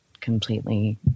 completely